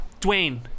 Dwayne